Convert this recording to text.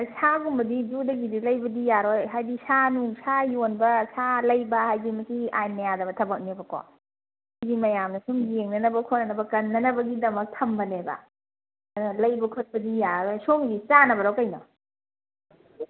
ꯑꯥ ꯁꯥꯒꯨꯝꯕꯗꯤ ꯖꯨꯗꯒꯤꯗꯤ ꯂꯩꯕꯗꯤ ꯌꯥꯔꯣꯏ ꯍꯥꯏꯗꯤ ꯁꯥ ꯅꯨꯡ ꯁꯥ ꯌꯣꯟꯕ ꯁꯥ ꯂꯩꯕ ꯍꯥꯏꯗꯤ ꯃꯁꯤ ꯑꯥꯏꯟꯅ ꯌꯥꯗꯕ ꯊꯕꯛꯅꯦꯕꯀꯣ ꯁꯤꯗꯤ ꯃꯌꯥꯝꯅ ꯁꯨꯝ ꯌꯦꯡꯅꯅꯕ ꯈꯣꯠꯅꯅꯕ ꯀꯟꯅꯅꯕꯒꯤꯗꯃꯛ ꯊꯝꯕꯅꯦꯕ ꯑꯗꯨꯅ ꯂꯩꯕ ꯈꯣꯠꯄꯗꯤ ꯌꯥꯔꯔꯣꯏ ꯁꯣꯝꯒꯤ ꯆꯥꯅꯕꯔꯣ ꯀꯩꯅꯣ